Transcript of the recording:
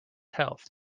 health